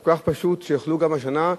כל כך פשוט, שיוכלו גם השנה,